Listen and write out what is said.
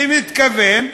במתכוון,